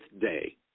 day